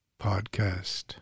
podcast